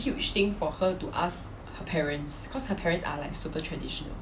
anyway like easy it was a very huge thing for her to ask her parents because her parents are like super traditional